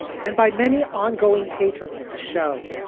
and by many ongoing patrons of the show,